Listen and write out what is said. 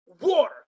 water